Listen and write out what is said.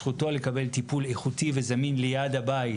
זכותו לקבל טיפול איכותי וזמין ליד הבית.